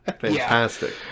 Fantastic